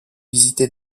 visités